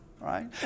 right